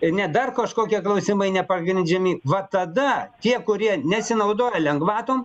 ne dar kažkokie klausimai nepagrindžiami va tada tie kurie nesinaudoja lengvatom